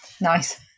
Nice